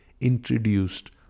introduced